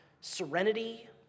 serenity